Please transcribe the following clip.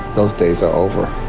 those days are over